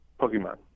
Pokemon